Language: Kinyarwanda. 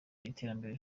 iterambere